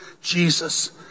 Jesus